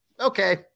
okay